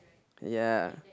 ya